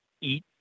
eat